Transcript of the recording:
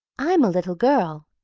i'm a little girl,